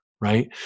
right